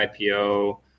ipo